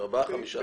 ארבעה-חמישה חודשים.